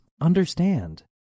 understand